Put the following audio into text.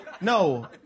No